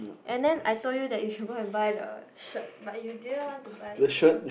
and then I told you that you should go and buy the shirt but you didn't want to buy it